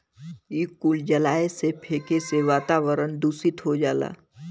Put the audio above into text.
इ कुल जलाए से, फेके से वातावरन दुसित हो जाला